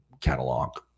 catalog